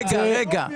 רגע.